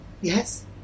Yes